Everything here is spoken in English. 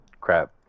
crap